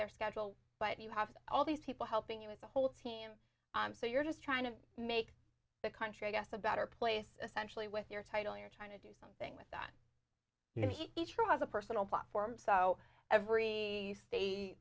their schedule but you have all these people helping you with the whole team so you're just trying to make the country i guess a better place centrally with your title you're trying to do something with that each one has a personal platform so every sta